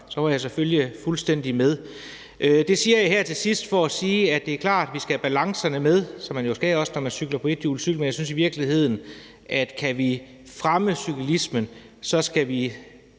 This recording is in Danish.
Så var jeg selvfølgelig fuldstændig med. Det siger jeg her til sidst for at sige, at det er klart, at vi skal have balancerne med, som man jo også skal have, når man cykler på en ethjulet cykel, men hvis vi skal fremme cyklismen, skal vi